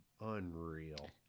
Unreal